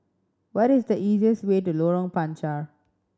what is the easiest way to Lorong Panchar